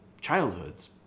childhoods